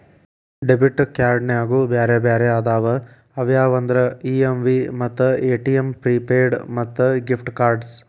debit ಕ್ಯಾರ್ಡ್ನ್ಯಾಗು ಬ್ಯಾರೆ ಬ್ಯಾರೆ ಅದಾವ ಅವ್ಯಾವಂದ್ರ ಇ.ಎಮ್.ವಿ ಮತ್ತ ಎ.ಟಿ.ಎಂ ಪ್ರಿಪೇಯ್ಡ್ ಮತ್ತ ಗಿಫ್ಟ್ ಕಾರ್ಡ್ಸ್